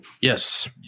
Yes